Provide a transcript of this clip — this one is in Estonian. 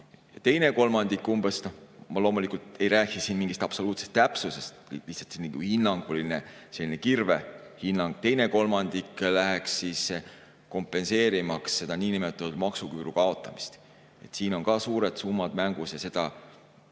Teine kolmandik – ma loomulikult ei räägi siin mingist absoluutsest täpsusest, see on lihtsalt selline hinnanguline kirvehinnang – läheks kompenseerimaks seda niinimetatud maksuküüru kaotamist. Siin on ka suured summad mängus ja seda